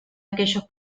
aquellos